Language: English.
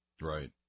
right